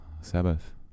Sabbath